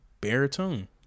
baritone